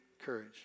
courage